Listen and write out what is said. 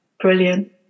brilliant